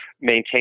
maintain